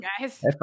guys